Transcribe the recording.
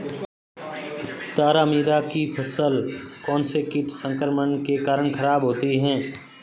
तारामीरा की फसल कौनसे कीट संक्रमण के कारण खराब होती है?